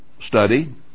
study